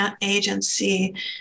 agency